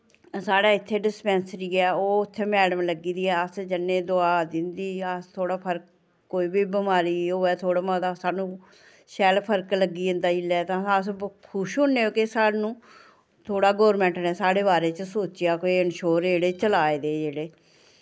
साढ़े इत्थै डिस्पेंसरी गै ऐ ओह् उत्थै मैडम लग्गी दी ऐ अस जन्ने दोआ दिंदी अस थोह्ड़ा फर्क कोई बी बमारी होऐ थोह्ड़ा मता सानूं शैल फर्क लग्गी जंदा जिल्लै तां अस खुश होन्ने कि सानूं थोह्ड़ा गोरमैंट ने साढ़े बारे च सोचेआ कोई इंशोर जेह्ड़े चलाए दे एह् जेह्ड़े